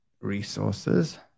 resources